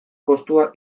kostua